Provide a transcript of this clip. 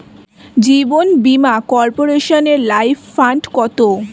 জীবন বীমা কর্পোরেশনের life fund কত?